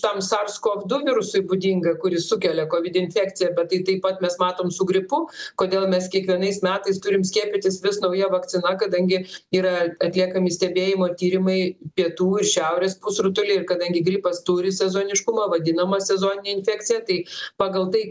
tam sars kov du virusui būdinga kurį sukelia covid infekcija bet tai taip pat mes matom su gripu kodėl mes kiekvienais metais turim skiepytis vis nauja vakcina kadangi yra atliekami stebėjimo tyrimai pietų ir šiaurės pusrutulyj ir kadangi gripas turi sezoniškumą vadinamą sezonine infekcija tai pagal tai